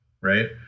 Right